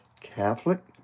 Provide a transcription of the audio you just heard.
Catholic